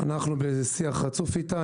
אנחנו בשיח רצוף איתה.